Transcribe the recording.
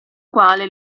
quale